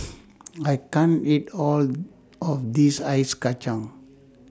I can't eat All of This Ice Kachang